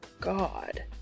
God